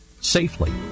safely